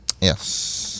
Yes